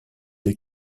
des